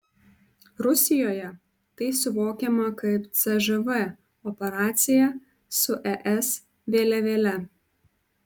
rusijoje tai suvokiama kaip cžv operacija su es vėliavėle